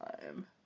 time